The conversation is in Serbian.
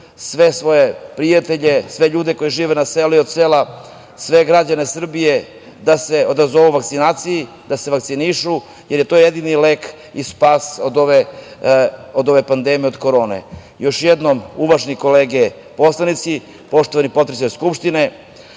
sve svoje prijatelje, sve ljude koji žive na selu i sve građane Srbije, da se odazovu vakcinaciji i da se vakcinišu, jer to je jedini lek i spas od ove pandemije i od Korone. Još jednom, uvažene kolege poslanici, poštovani potpredsedniče Skupštine,